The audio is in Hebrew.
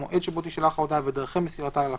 המועד שבו תישלח ההודעה ודרכי מסירתה ללקוח,""